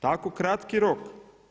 Tako kratki rok.